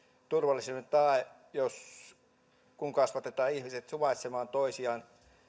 turvallisuuden tae kun kasvatetaan ihmiset suvaitsemaan toisiaan